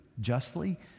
justly